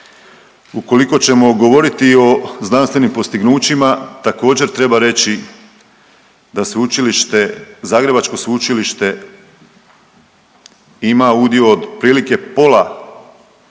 Ukoliko ćemo gorjeti o znanstvenim postignućima također treba reći da sveučilište, zagrebačko sveučilište ima udio od otprilike pola